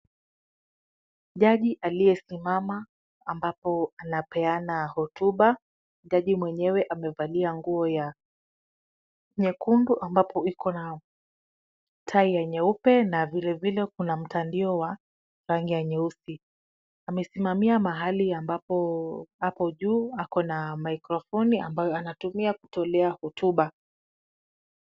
Jaji aliyesimama ambapo anapeana hotuba, jaji mwenyewe amevalia nguo ya nyekundu ambapo iko na tai ya nyeupe na vilevile kuna mtandio wa rangi ya nyeusi. Amesimamia mahali ambapo ako juu, ako na mikrofoni ambayo anatumia kutolea hotuba.